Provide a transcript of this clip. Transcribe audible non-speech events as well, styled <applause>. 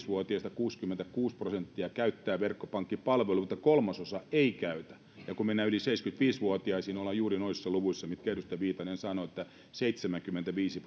<unintelligible> vuotiaista kuusikymmentäkuusi prosenttia käyttää verkkopankkipalveluita kolmasosa ei käytä kun mennään yli seitsemänkymmentäviisi vuotiaisiin ollaan juuri noissa luvuissa mitkä edustaja viitanen sanoi että seitsemänkymmentäviisi <unintelligible>